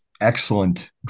excellent